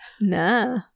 Nah